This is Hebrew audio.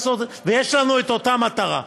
ויש לנו את אותה מטרה.